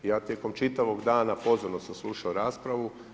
I ja tijekom čitavog dana pozorno sam slušao raspravu.